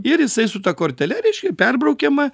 ir jisai su ta kortele reiškia perbraukiama